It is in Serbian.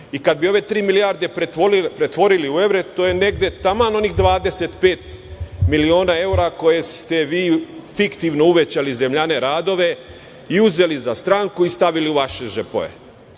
i kada bi ove tri milijarde pretvorili u evre, to je negde taman onih 25 miliona evra koje ste vi fiktivno uvećali u zemljane radove i uzeli za stranku i stavili u vaše džepove.